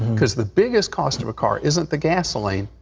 because the biggest cost of a car isn't the gasoline,